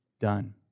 done